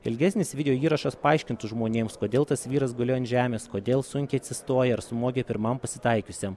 ilgesnis video įrašas paaiškintų žmonėms kodėl tas vyras gulėjo ant žemės kodėl sunkiai atsistojo ir smogė pirmam pasitaikiusiam